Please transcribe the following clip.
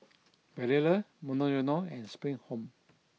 Barilla Monoyono and Spring Home